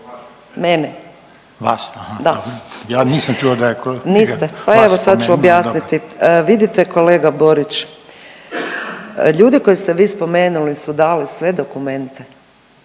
Reiner: Ja nisam čuo da je kolega